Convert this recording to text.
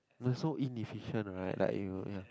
they are so inefficient right like you ya